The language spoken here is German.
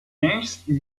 nächsten